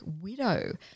Widow